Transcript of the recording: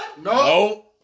No